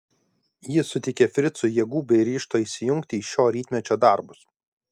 ji suteikė fricui jėgų bei ryžto įsijungti į šio rytmečio darbus